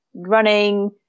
running